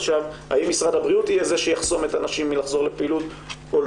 עכשיו האם משרד הבריאות יהיה זה שיחסום את הנשים מלחזור לפעילות או לא.